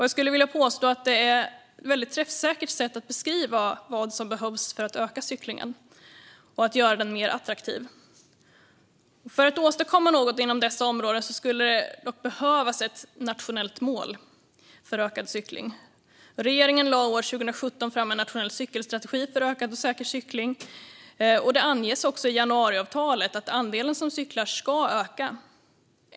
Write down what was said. Jag skulle vilja påstå att det är ett väldigt träffsäkert sätt att beskriva vad som behövs för att öka cyklingen och göra den mer attraktiv. För att åstadkomma något inom dessa områden skulle det dock behövas ett nationellt mål för ökad cykling. Regeringen lade år 2017 fram en nationell cykelstrategi för ökad och säker cykling, och det anges i januariavtalet att andelen som cyklar ska öka.